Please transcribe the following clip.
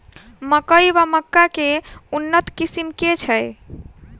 मकई वा मक्का केँ उन्नत किसिम केँ छैय?